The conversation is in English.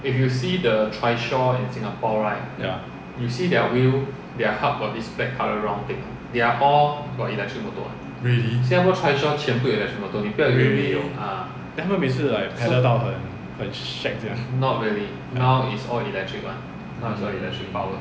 ya really really then 他们每次 like pedal 到很到很 shag 这样